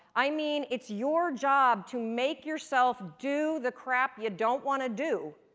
i mean it's your job to make yourself do the crap you don't want to do,